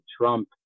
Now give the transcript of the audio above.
Trump